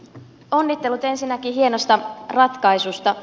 onnittelut ensinnäkin hienosta ratkaisusta